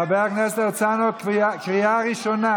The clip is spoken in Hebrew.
חבר הכנסת הרצנו, קריאה ראשונה.